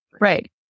Right